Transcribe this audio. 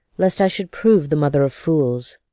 lest i should prove the mother of fools.